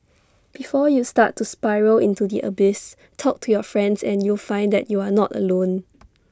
before you start to spiral into the abyss talk to your friends and you'll find that you are not alone